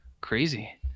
Crazy